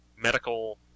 medical